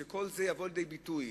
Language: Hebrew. שכל זה יבוא לידי ביטוי.